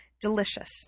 Delicious